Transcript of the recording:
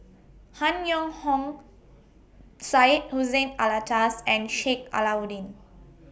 Han Yong Hong Syed Hussein Alatas and Sheik Alau'ddin